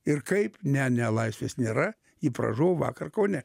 ir kaip ne ne laisvės nėra ji pražuvo vakar kaune